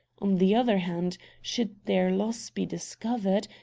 on the other hand, should their loss be discovered,